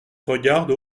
regarde